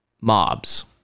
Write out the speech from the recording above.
mobs